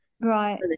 right